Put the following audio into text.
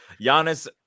Giannis